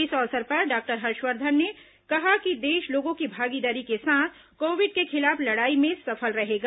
इस अवसर पर डॉक्टर हर्षवर्धन ने कहा कि देश लोगों की भागीदारी के साथ कोविड के खिलाफ लड़ाई में सफल रहेगा